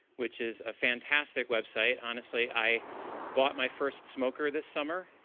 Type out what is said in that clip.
which is a fantastic website. honestly, i bought my first smoker this summer.